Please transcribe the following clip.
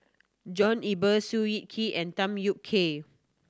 John Eber Seow Yit Kin and Tham Yui Kai